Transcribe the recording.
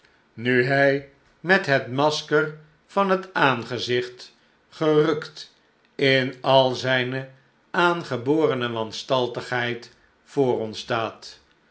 nu hij met het masker van het aangezicht gerukt in al zijne aangeborene wanstaltigheid voor ons staat